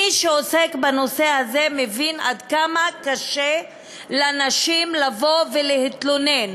מי שעוסק בנושא הזה מבין עד כמה קשה לנשים לבוא ולהתלונן,